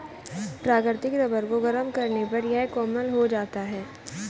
प्राकृतिक रबर को गरम करने पर यह कोमल हो जाता है